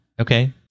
Okay